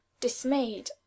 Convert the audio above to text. dismayed